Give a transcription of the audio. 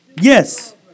Yes